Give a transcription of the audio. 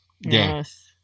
Yes